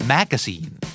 Magazine